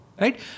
right